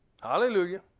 Hallelujah